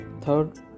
Third